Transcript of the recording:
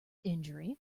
injury